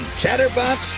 Chatterbox